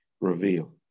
reveal